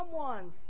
someones